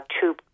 two